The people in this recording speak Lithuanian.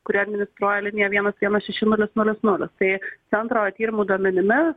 kuri administruoja liniją vienas vienas šeši nulis nulis nulis tai centro tyrimų duomenimis